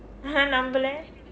நான் நம்பவில்லை:naan nampavillai